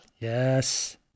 yes